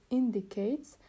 indicates